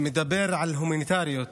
מדבר על הומניטריות,